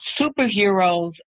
Superheroes